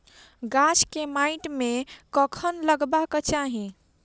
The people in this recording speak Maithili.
गाछ केँ माइट मे कखन लगबाक चाहि?